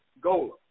gola